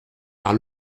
par